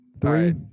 Three